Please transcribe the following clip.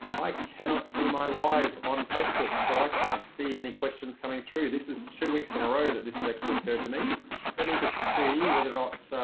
i cannot see my live on facebook so i can't see any questions coming through. this is two weeks in a row that this is actually good to me let me just see whether or not